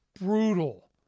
brutal